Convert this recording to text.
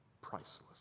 priceless